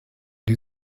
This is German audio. die